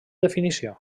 definició